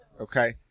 okay